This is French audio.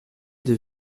des